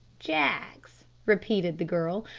jaggs? repeated the girl.